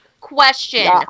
Question